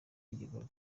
igikorwa